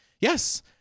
yes